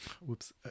Whoops